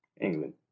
England